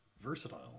versatile